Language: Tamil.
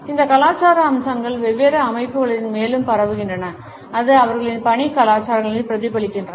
இந்த கலாச்சார அம்சங்கள் வெவ்வேறு அமைப்புகளில் மேலும் பரவுகின்றன அது அவர்களின் பணி கலாச்சாரத்தில் பிரதிபலிக்கிறது